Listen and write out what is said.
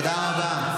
תודה רבה.